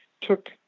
took